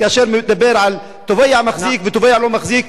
כאשר הוא מדבר על "תובע מחזיק" ו"תובע לא מחזיק".